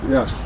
Yes